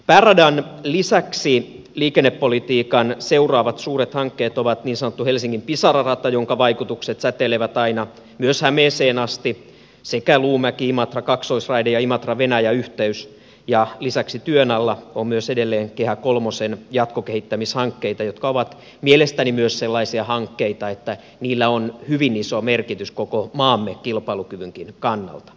pääradan lisäksi liikennepolitiikan seuraavat suuret hankkeet ovat niin sanottu helsingin pisara rata jonka vaikutukset säteilevät aina hämeeseen asti sekä luumäkiimatra kaksoisraide ja imatravenäjä yhteys ja lisäksi työn alla on myös edelleen kehä kolmosen jatkokehittämishankkeita jotka ovat mielestäni myös sellaisia hankkeita joilla on hyvin iso merkitys koko maamme kilpailukyvynkin kannalta